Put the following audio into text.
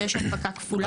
ויש הנפקה כפולה.